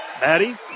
Maddie